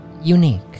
unique